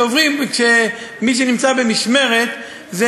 מי שנמצא במשמרת,